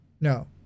No